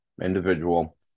individual